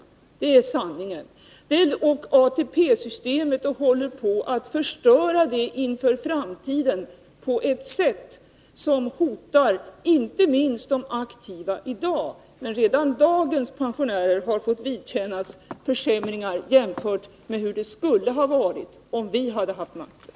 Det är sanningen. De håller på att förstöra ATP-systemet inför framtiden på ett sätt som hotar inte minst de aktiva i dag. Men redan dagens pensionärer har fått vidkännas försämringar jämfört med hur det skulle ha varit om vi hade haft makten.